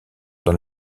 dans